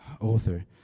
author